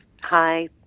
Hi